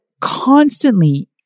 constantly